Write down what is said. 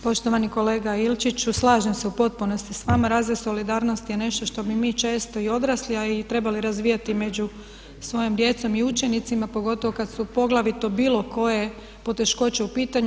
Poštovani kolega Ilčiću, slažem se u potpunosti s vama, razvoj solidarnosti je nešto što bi mi često i odrasli a i trebali razvijati među svojom djecom i učenicima pogotovo kada su poglavito bilo koje poteškoće u pitanju.